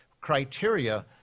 criteria